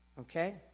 Okay